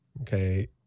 Okay